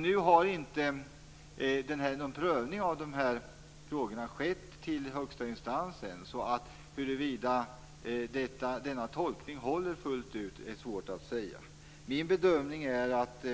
Någon prövning av de här frågorna har dock inte skett i högsta instans, så huruvida någondera tolkningen håller fullt ut är svårt att säga. Min bedömning är att